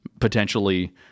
potentially